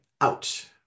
Ouch